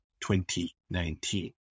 2019